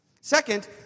Second